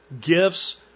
gifts